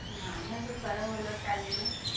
ନାଇ ମ ବେପାର ଭଲ ଚାଲିନି